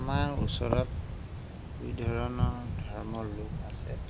আমাৰ ওচৰত দুই ধৰণৰ ধৰ্মৰ লোক আছে